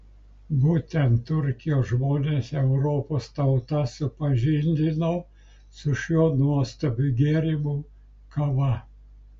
būtent turkijos žmonės europos tautas supažindino su šiuo nuostabiu gėrimu kava